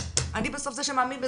אני בסוף זה שמעמיד לדין,